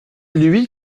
lui